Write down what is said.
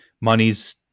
Money's